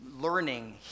learning